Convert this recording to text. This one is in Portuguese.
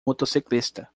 motociclista